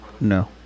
No